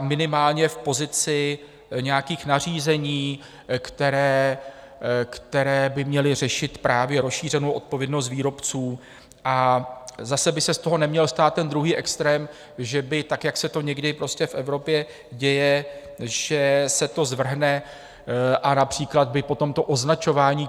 minimálně v pozici nějakých nařízení, která by měla řešit právě rozšířenou odpovědnost výrobců, a zase by se z toho neměl stát druhý extrém, že by tak, jak se to někdy prostě v Evropě děje, že se to zvrhne, a například by potom to označování